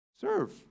Serve